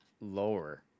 Lower